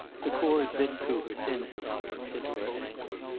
the cord bit through her thin stockings into her ankles.